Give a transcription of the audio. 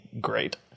great